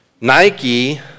Nike